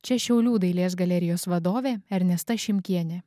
čia šiaulių dailės galerijos vadovė ernesta šimkienė